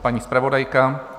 Paní zpravodajka?